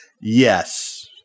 Yes